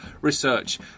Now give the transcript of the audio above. Research